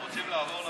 אפשר עוד 20